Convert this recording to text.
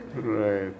Right